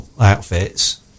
outfits